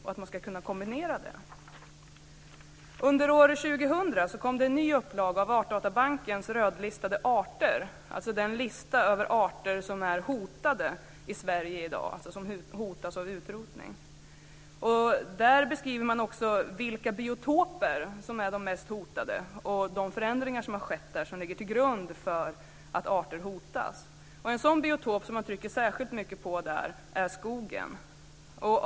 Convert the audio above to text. Man måste kunna kombinera dessa. Under år 2000 kom en ny upplaga av Artdatabankens rödlistade arter, den lista över arter som är hotade i Sverige i dag, alltså som hotas av utrotning. Där beskrivs också vilka biotoper som är de mest hotade och vilka förändringar som har skett som ligger till grund för att arter hotas. En sådan biotop som man särskilt betonar är skogen.